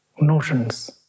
notions